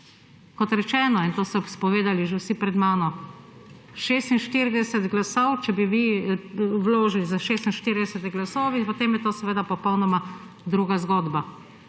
Kot rečeno, in to so povedali že vsi pred mano, 46 glasov, če bi vi vložili s 46 glasovi, potem je to popolnoma druga zgodba.